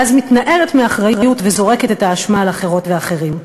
ואז מתנערת מאחריות וזורקת את האשמה על אחרות ואחרים.